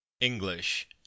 English